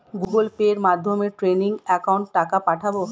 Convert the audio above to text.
Google পের মাধ্যমে trading একাউন্টে টাকা পাঠাবো?